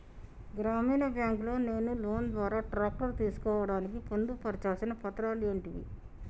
గ్రామీణ బ్యాంక్ లో నేను లోన్ ద్వారా ట్రాక్టర్ తీసుకోవడానికి పొందు పర్చాల్సిన పత్రాలు ఏంటివి?